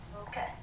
Okay